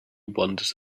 wanders